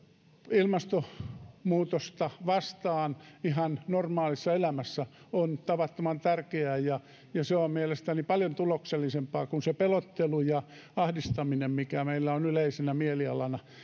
ilmastonmuutosta vastaan ihan normaalissa elämässä on tavattoman tärkeää ja se on mielestäni paljon tuloksellisempaa kuin se pelottelu ja ahdistaminen mikä meillä on yleisenä mielialana